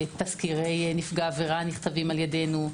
תסקירי נפגע עבירה נכתבים על ידינו,